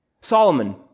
Solomon